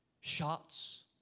shots